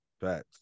Facts